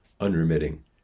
unremitting